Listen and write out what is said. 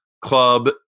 club